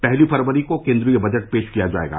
पहली फरवरी को केन्द्रीय बजट पेश किया जायेगा